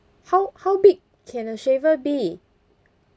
how how big can a shaver be